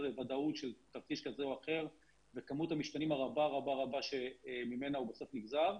הוודאות של תרחיש כזה או אחר וכמות המשתנים הרבה שממנה הוא נגזר,